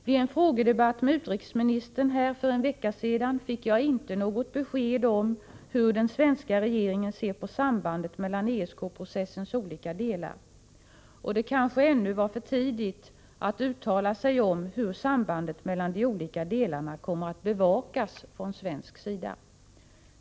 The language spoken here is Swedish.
Vid en frågedebatt med utrikesministern för en vecka sedan fick jag inte något besked om hur den svenska regeringen ser på sambandet mellan ESK-processens olika delar. Det är kanske ännu för tidigt att uttala sig om hur sambandet mellan de olika delarna kommer att bevakas från svensk sida.